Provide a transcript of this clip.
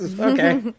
okay